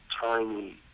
tiny